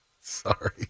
Sorry